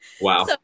Wow